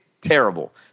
terrible